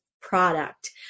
product